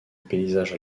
paysage